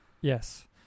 Yes